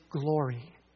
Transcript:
glory